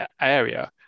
area